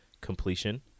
Completion